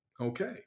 Okay